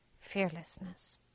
fearlessness